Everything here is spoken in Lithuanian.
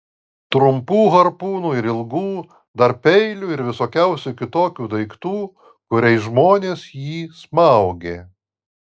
trumpų harpūnų ir ilgų dar peilių ir visokiausių kitokių daiktų kuriais žmonės jį smaigė